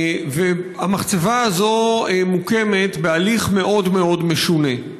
המחצבה הזאת מוקמת בהליך מאוד מאוד משונה.